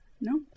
No